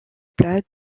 plat